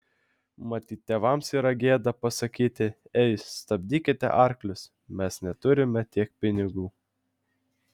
matyt tėvams yra gėda pasakyti ei stabdykite arklius mes neturime tiek pinigų